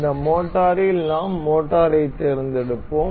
இந்த மோட்டரில் நாம் மோட்டாரைத் தேர்ந்தெடுப்போம்